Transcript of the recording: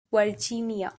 virginia